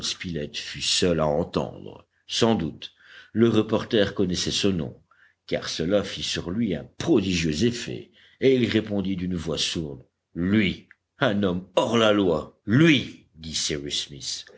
fut seul à entendre sans doute le reporter connaissait ce nom car cela fit sur lui un prodigieux effet et il répondit d'une voix sourde lui un homme hors la loi lui dit